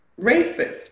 racist